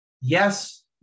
Yes